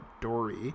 Dory